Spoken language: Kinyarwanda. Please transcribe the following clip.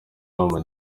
babo